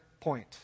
point